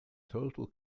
total